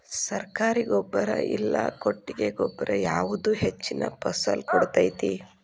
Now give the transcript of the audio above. ಸರ್ಕಾರಿ ಗೊಬ್ಬರ ಇಲ್ಲಾ ಕೊಟ್ಟಿಗೆ ಗೊಬ್ಬರ ಯಾವುದು ಹೆಚ್ಚಿನ ಫಸಲ್ ಕೊಡತೈತಿ?